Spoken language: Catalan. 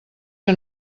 que